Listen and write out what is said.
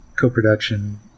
co-production